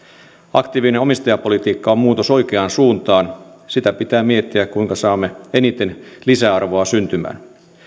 aktiivinen omistajapolitiikka on muutos oikeaan suuntaan sitä pitää miettiä kuinka saamme eniten lisäarvoa syntymään